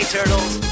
Turtles